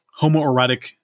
homoerotic